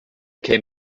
came